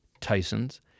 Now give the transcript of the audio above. Tyson's